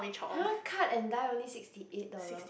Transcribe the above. !huh! cut and dye only sixty eight dollar